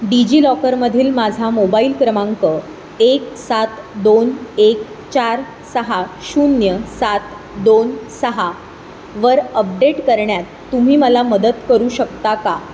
digi लॉकरमधील माझा mobile क्रमांक एक सात दोन एक चार सहा शून्य सात दोन सहा वर अपडेट करण्यात तुम्ही मला मदत करू शकता का